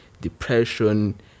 depression